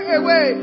away